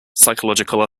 psychological